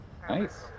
Nice